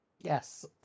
Yes